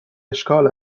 اشکال